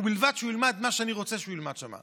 ובלבד שהוא ילמד מה שאני רוצה שהוא ילמד שם,